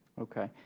okay.